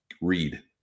Read